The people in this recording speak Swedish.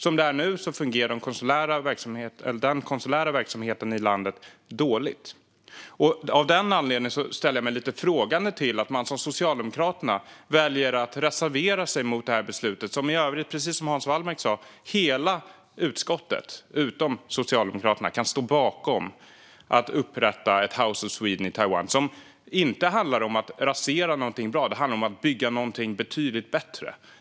Som det är nu fungerar den konsulära verksamheten i landet dåligt. Av den anledningen ställer jag mig lite frågande till att Socialdemokraterna väljer att reservera sig mot beslutet som, precis som Hans Wallmark sa, i övrigt hela utskottet utom Socialdemokraterna kan stå bakom, nämligen att upprätta ett House of Sweden i Taiwan. Det handlar inte om att rasera något bra, utan det handlar om att bygga något betydligt bättre.